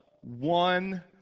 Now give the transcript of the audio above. one